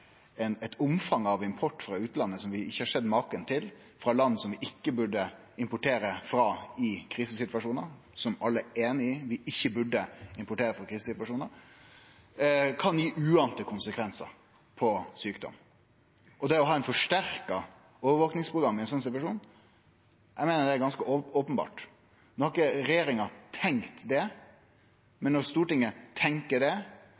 eit omfang av import frå utlandet som vi ikkje har sett maken til, frå land som alle er einige om at vi ikkje burde importere frå i krisesituasjonar, kan gi uante konsekvensar når det gjeld sjukdom. Eg meiner at det å ha eit forsterka overvakingsprogram i ein sånn situasjon, er ganske openbert. No har ikkje regjeringa tenkt det, men når Stortinget tenkjer det,